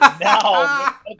now